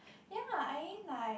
ya I mean like